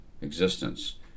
existence